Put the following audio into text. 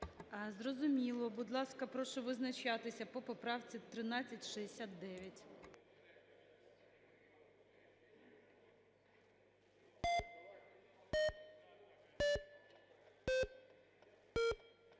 Зрозуміло. Будь ласка, прошу визначатися по поправці 1369.